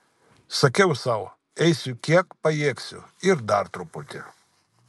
sakiau sau eisiu kiek pajėgsiu ir dar truputį